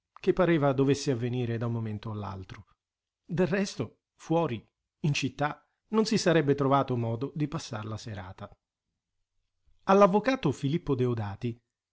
che pareva dovesse avvenire da un momento all'altro del resto fuori in città non si sarebbe trovato modo di passar la serata all'avvocato filippo deodati